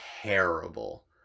terrible